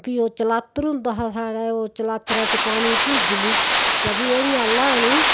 फ्ही ओह् चलातर होंदा हा साढ़ै उस चलातरे च पानी भुरजली ते फिह् ओह् इयां लानी